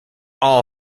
all